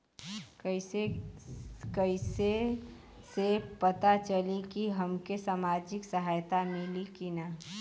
कइसे से पता चली की हमके सामाजिक सहायता मिली की ना?